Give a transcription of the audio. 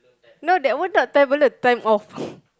no they wanted tablets turn off